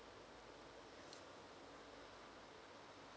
mm